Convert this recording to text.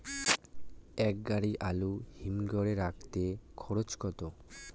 এক গাড়ি আলু হিমঘরে রাখতে খরচ কত?